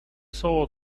saw